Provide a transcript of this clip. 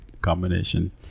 combination